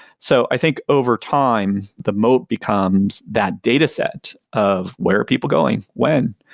so i think over time, the moat becomes that data set of where are people going, when,